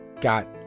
got